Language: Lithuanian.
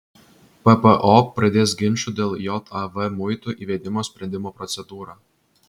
ppo pradės ginčų dėl jav muitų įvedimo sprendimo procedūrą